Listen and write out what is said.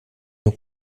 nur